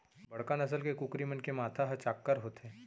बड़का नसल के कुकरी मन के माथा ह चाक्कर होथे